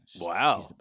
Wow